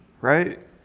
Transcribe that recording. right